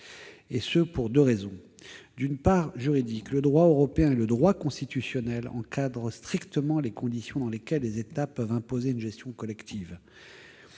D'une part, il existe un argument juridique. Le droit européen et le droit constitutionnel encadrent strictement les conditions dans lesquelles les États peuvent imposer une gestion collective.